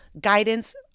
guidance